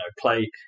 play